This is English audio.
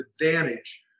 advantage